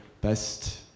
best